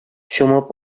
чумып